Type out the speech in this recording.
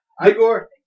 Igor